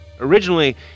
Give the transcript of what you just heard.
Originally